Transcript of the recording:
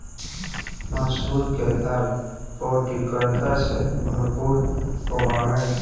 मसूर के दाल पौष्टिकता से भरपूर होबा हई